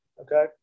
okay